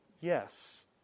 Yes